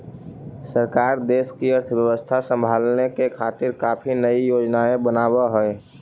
सरकार देश की अर्थव्यवस्था संभालने के खातिर काफी नयी योजनाएं बनाव हई